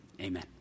amen